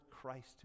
Christ